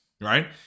right